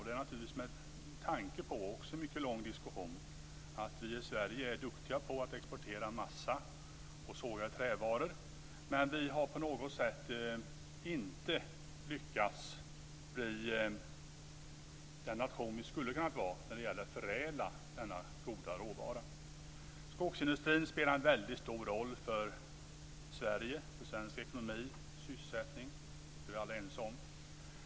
Det är naturligtvis med tanke på och också efter mycket lång diskussion om att vi i Sverige är duktiga på att exportera massa och att såga i trävaror. Men vi har på något sätt inte lyckats bli den nation vi skulle ha kunnat vara när det gäller att förädla denna goda råvara. Skogsindustrin spelar en väldigt stor roll för Sverige, för svensk ekonomi och sysselsättning. Det är vi alla ense om.